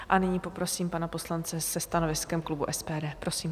A nyní poprosím pana poslance se stanoviskem klubu SPD, prosím.